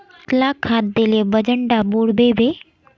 कतला खाद देले वजन डा बढ़बे बे?